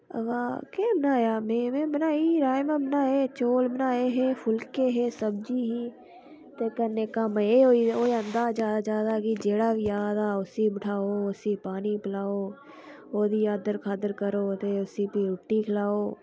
अवा केह् बनाया में में बनाई राजमाह् बनाए चौल बनाए हेे फुलके हे सब्जी ही के कन्ने कम्म एह् होआ जैदा जैदा कि जेह्ड़ा बी आएदा उस्सी बठाओ उस्सी पानी पलाओ ओह्दी आदर खादर करो फ्ही रुट्टी खलाओ